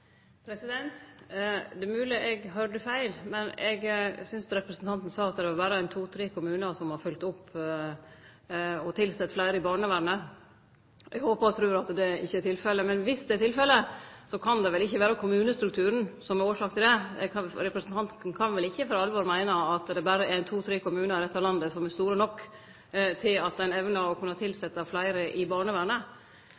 Det er mogleg eg høyrde feil, men eg synest representanten sa at det berre er to–tre kommunar som har følgt opp og tilsett fleire i barnevernet. Eg håpar og trur at det ikkje er tilfellet, men hvis det er tilfellet, kan det vel ikkje vere kommunestrukturen som er årsaka til det. Representanten kan vel ikkje for alvor meine at det berre er to–tre kommunar i dette landet som er store nok til at ein evnar å